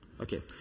Okay